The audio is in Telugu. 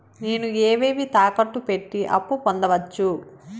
నేను ఏవేవి తాకట్టు పెట్టి అప్పు పొందవచ్చు?